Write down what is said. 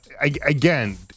again